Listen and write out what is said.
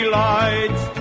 lights